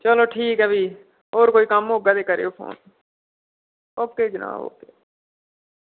चलो ठीक ऐ फ्ही होर कोई कम्म होगा ते करेओ फोन ओके जनाब ओके